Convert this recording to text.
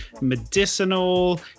medicinal